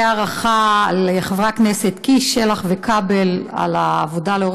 אודיעכם כי חבר הכנסת איציק שמולי ביקש להסיר את